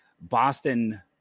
Boston